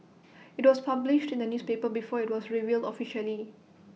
IT was published in the newspaper before IT was revealed officially